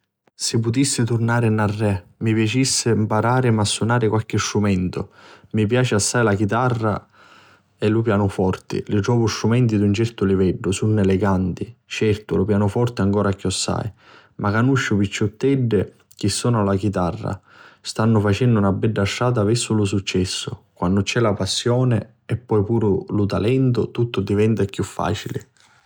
Si putissi turnari narrè mi piacissi mpararimi a sunari qualchi strumentu. Mi piaci sia la chitarra chi lu pianuforti, li trovu strumenti di un certu liveddu, sunnu eleganti, certu lu pianuforti ancora chiossai. Ma canusciu picciutteddi chi sunannu la chitarra stannu facennu na bedda strata versu lu successu. Quannu c'è la passioni e poi puru lu talentu tuttu diventa chiù facili.